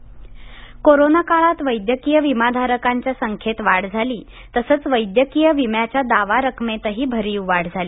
वैद्यकीय विमा कोरोना काळात वैद्यकीय विमा धारकांच्या संख्येत वाढ झाली तसंच वैद्यकीय विम्याच्या दावा रकमेतही भरीव वाढ झाली